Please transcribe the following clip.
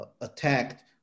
attacked